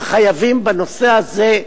וחייבים בנושא הזה,